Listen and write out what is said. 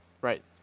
Right